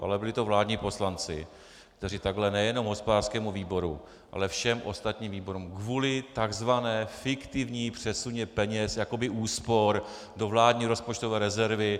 Ale byli to vládní poslanci, kteří takhle nejenom hospodářskému výboru, ale všem ostatním výborům kvůli tzv. fiktivnímu přesunu peněz jakoby úspor do vládní rozpočtové rezervy...